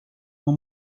uma